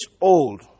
old